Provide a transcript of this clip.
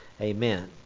amen